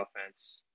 offense